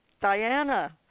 Diana